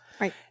Right